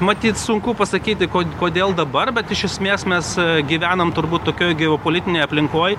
matyt sunku pasakyti kod kodėl dabar bet iš esmės mes gyvenam turbūt tokioj geopolitinėj aplinkoj